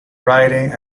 writing